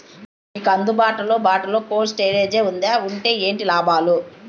మీకు అందుబాటులో బాటులో కోల్డ్ స్టోరేజ్ జే వుందా వుంటే ఏంటి లాభాలు?